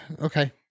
okay